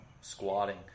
squatting